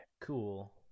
Cool